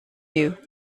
you